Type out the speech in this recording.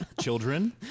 children